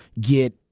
get